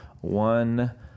One